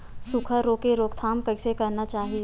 सुखा रोग के रोकथाम कइसे करना चाही?